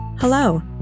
Hello